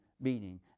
meaning